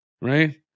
right